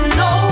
no